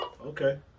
Okay